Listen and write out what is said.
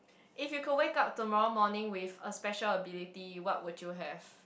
if you could wake up tomorrow morning with a special ability what would you have